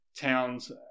Towns